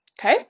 Okay